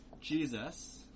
Jesus